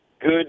Good